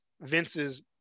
Vince's